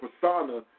persona